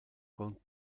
con